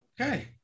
Okay